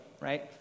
right